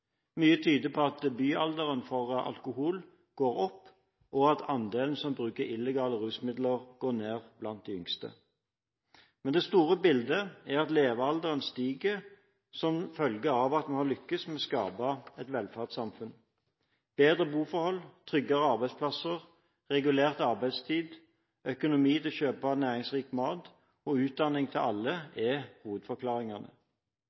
Mye tyder på at debutalderen for alkohol går opp, og at andelen som bruker illegale rusmidler, går ned blant de yngste. Men det store bildet er at levealderen stiger som følge at vi har lyktes med å skape et velferdssamfunn. Bedre boforhold, tryggere arbeidsplasser, regulert arbeidstid, økonomi til å kjøpe næringsrik mat og utdanning til